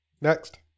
Next